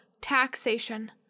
taxation